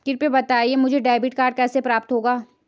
कृपया बताएँ मुझे डेबिट कार्ड कैसे प्राप्त होगा?